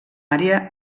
àrea